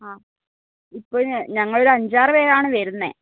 ആ ഇപ്പോൾ ഞങ്ങൾ ഒരു അഞ്ചാറ് പേരാണ് വരുന്നത്